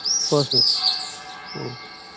ᱯᱳᱥ ᱢᱟᱥ